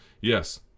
Yes